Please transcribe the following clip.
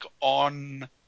on